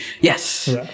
yes